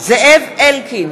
זאב אלקין,